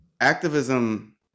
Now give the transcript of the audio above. Activism